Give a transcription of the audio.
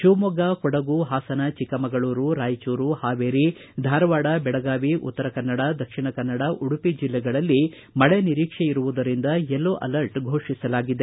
ಶಿವಮೊಗ್ಗ ಕೊಡಗು ಹಾಸನ ಚಿಕ್ಕಮಗಳೂರು ರಾಯಚೂರು ಹಾವೇರಿ ಧಾರವಾಡ ಬೆಳಗಾವಿ ಉತ್ತರ ಕನ್ನಡ ದಕ್ಷಿಣ ಕನ್ನಡ ಉಡುಪಿ ಜಿಲ್ಲೆಗಳಲ್ಲಿ ಮಳೆ ನಿರೀಕ್ಷೆ ಇರುವುದರಿಂದ ಯೆಲ್ಲೋ ಅಲರ್ಟ್ ಫೋಷಿಸಲಾಗಿದೆ